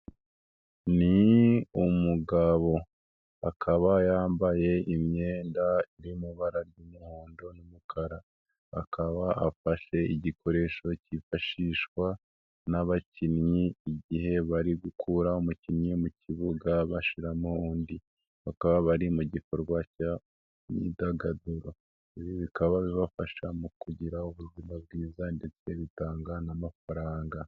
Ni umugabo akaba yambaye imyenda iri mu ibara ry'umuhondo n'umukara akaba afashe igikoresho cyifashishwa n'abakinnyi igihe bari gukura umukinnyi mu kibuga bashiramo undi bakaba bari mu gikorwa cy' imyidagaduro ibi bikaba bibafasha mu kugira ubuzima bwiza ndetse bitanga n'amafaranga.